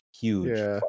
huge